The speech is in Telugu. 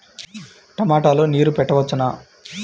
టమాట లో నీరు పెట్టవచ్చునా?